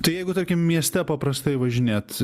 tai jeigu tarkim mieste paprastai važinėt